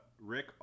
Rick